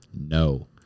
no